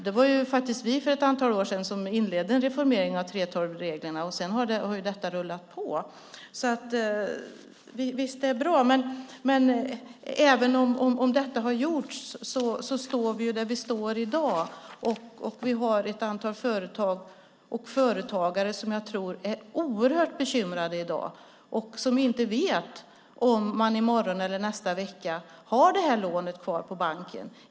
Det var faktiskt vi som inledde en reformering av 3:12-reglerna för ett antal år sedan. Sedan har det rullat på. Även om detta har gjorts står vi där vi står i dag. Det finns ett antal företag och företagare som jag tror är oerhört bekymrade i dag. De vet inte om de i morgon eller nästa vecka har lånet kvar på banken.